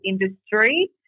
industry